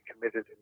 committed